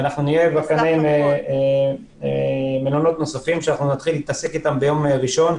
ויש לנו בקנה מלונות נוספים שנתחיל להתעסק איתם ביום ראשון,